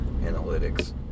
analytics